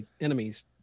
enemies